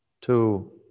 two